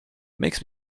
makes